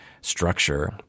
structure